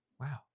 wow